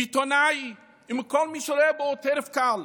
מעיתונאי ומכל מי שרואה בו טרף קל.